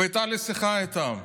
והייתה לי שיחה איתם.